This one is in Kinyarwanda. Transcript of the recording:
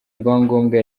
rwangombwa